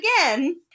again